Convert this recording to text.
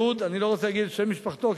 אני לא רוצה להגיד את שם משפחתו,